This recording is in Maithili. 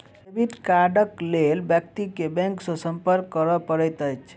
डेबिट कार्डक लेल व्यक्ति के बैंक सॅ संपर्क करय पड़ैत अछि